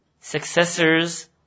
successors